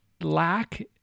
lack